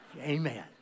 Amen